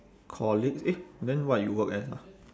colleagues eh then what you work as ah